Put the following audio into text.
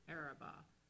Arabah